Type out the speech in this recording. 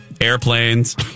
airplanes